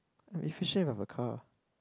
very efficient if I have a car